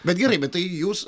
bet gerai bet tai jūs